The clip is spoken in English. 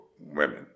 Women